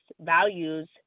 values